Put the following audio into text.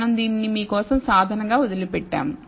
మనం దీనిని మీ కోసం సాధనగా వదిలిపెట్టాము